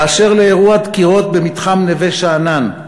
באשר לאירוע הדקירות במתחם נווה-שאנן,